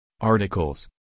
articles